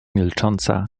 milcząca